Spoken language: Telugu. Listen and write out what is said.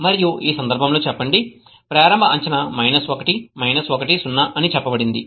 మరియు ఈ సందర్భంలో చెప్పండి ప్రారంభ అంచనా 1 1 0 అని చెప్పబడింది